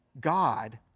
god